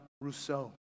Rousseau